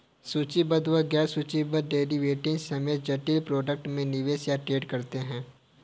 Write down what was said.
सूचीबद्ध व गैर सूचीबद्ध डेरिवेटिव्स समेत जटिल प्रोडक्ट में निवेश या ट्रेड करते हैं